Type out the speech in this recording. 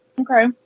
Okay